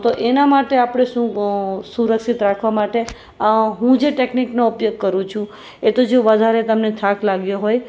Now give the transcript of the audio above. તો એના માટે આપણે શું સુરક્ષિત રાખવા માટે હું જે ટેકનિકનો ઉપયોગ કરું છું એ તો જો વધારે તમને થાક લાગ્યો હોય